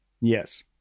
Yes